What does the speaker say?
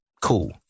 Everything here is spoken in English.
Cool